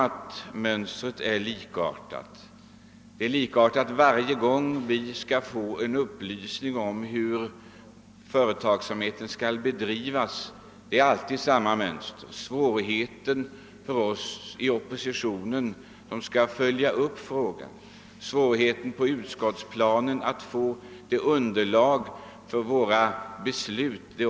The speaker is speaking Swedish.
Jag kan hålla med om att mönstret är likartat. Varje gång vi vill få en upplysning om hur den statliga företagsamheten skall bedrivas följer man samma mönster: det är svårt för oss i oppositionen som skall följa upp frågan, och det är svårt på utskottsplanet att få underlag för våra beslut.